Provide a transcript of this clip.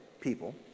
people